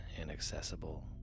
inaccessible